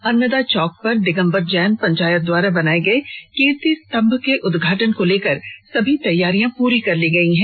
अन्नदा चौक पर दिगंबर जैन पंचायत द्वारा बनवाए गए कीर्ति स्तंभ के उदघाटन को लेकर सभी तैयारियां पूरी कर ली गई है